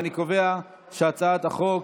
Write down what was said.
אני קובע שהצעת החוק